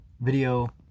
video